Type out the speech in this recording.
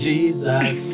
Jesus